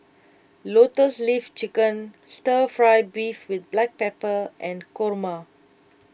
Lotus Leaf Chicken Stir Fry Beef with Black Pepper and Kurma